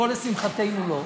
פה לשמחתנו לא,